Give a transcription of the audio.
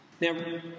Now